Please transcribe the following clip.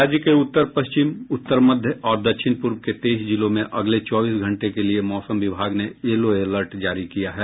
राज्य के उत्तर पश्चिम उत्तर मध्य और दक्षिण पूर्व के तेईस जिलों में अगले चौबीस घंटे के लिए मौसम विभाग ने येलो अलर्ट जारी किया है